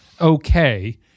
okay